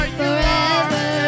forever